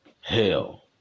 hell